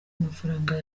amafaranga